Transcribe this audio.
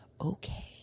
Okay